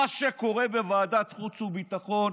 מה שקורה בוועדת החוץ והביטחון,